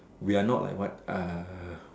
we are not like what uh